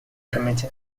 committee